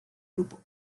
grupo